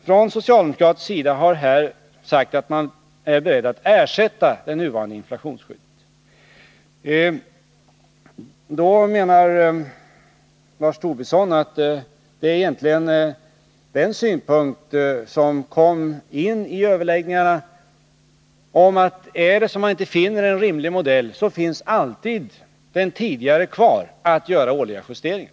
Från socialdemokratisk sida har man sagt att man är beredd att ersätta det nuvarande inflationsskyddet. Då menar Lars Tobisson att den synpunkt som kom fram vid överläggningarna var att om man inte finner en rimlig modell, finns alltid den tidigare modellen kvar, nämligen att göra årliga justeringar.